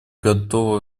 готова